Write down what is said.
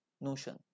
notion